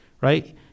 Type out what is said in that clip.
right